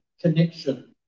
connection